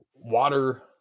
water